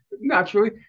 naturally